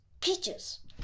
peaches